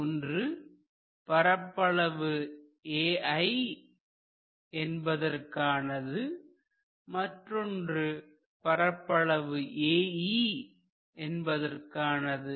ஒன்று பரப்பளவு Ai என்பதற்கானதுமற்றொன்று பரப்பளவு Ae என்பதற்கானது